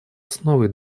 основой